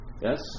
Yes